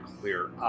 clear